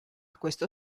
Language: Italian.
questo